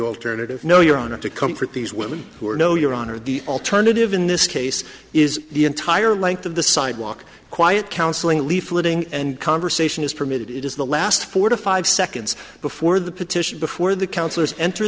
alternative no your honor to comfort these women who are no your honor the alternative in this case is the entire length of the sidewalk quiet counseling leafleting and conversation is permitted it is the last forty five seconds before the petition before the counselors enter